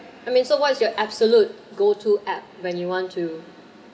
I mean so what is your absolute go to app when you want to